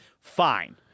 Fine